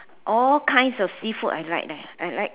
all kinds of seafood I like leh I like